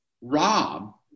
Rob